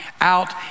out